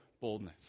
boldness